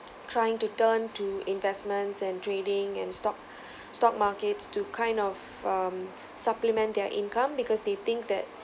trying to turn to investments and trading and stock stock markets to kind of um supplement their income because they think that